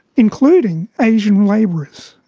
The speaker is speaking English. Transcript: including asian labourers.